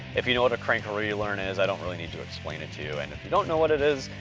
if you know what a crank relearn is, i don't really need to explain it to you, and if you don't know what it is,